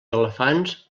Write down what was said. elefants